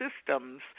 systems